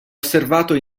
osservato